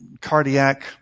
cardiac